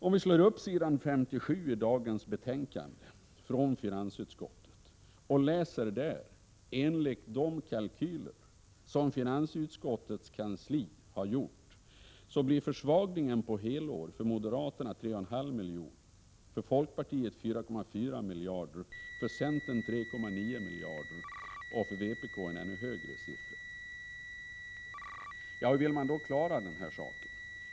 Om vi slår upp s. 57 i dagens betänkande från finansutskottet kan vi läsa de kalkyler som finansutskottets kansli har gjort. Det blir försvagning på helår för moderaterna 3,5 miljarder, för centern 3,9 miljarder, för folkpartiet 4,4 miljarder och för vpk en ännu högre siffra. Hur vill man då klara den här saken?